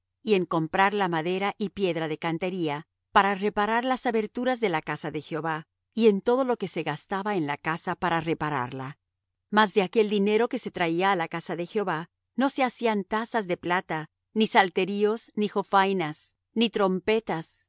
y en comprar la madera y piedra de cantería para reparar las aberturas de la casa de jehová y en todo lo que se gastaba en la casa para repararla mas de aquel dinero que se traía á la casa de jehová no se hacían tazas de plata ni salterios ni jofainas ni trompetas